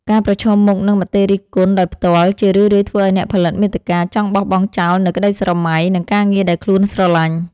ការប្រឈមមុខនឹងមតិរិះគន់ដោយផ្ទាល់ ជារឿយៗធ្វើឱ្យអ្នកផលិតមាតិកាចង់បោះបង់ចោលនូវក្តីស្រមៃ និងការងារដែលខ្លួនស្រឡាញ់។